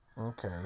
Okay